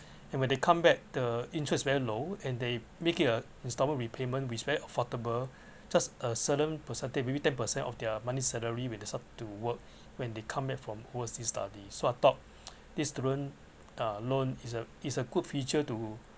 and when they come back the interest very low and they make it a instalment repayment is very affordable just a certain percentage maybe ten percent of their monthly salary when they start to work when they come back from oversea study so I thought this student uh loan is a is a good feature to